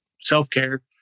self-care